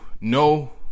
No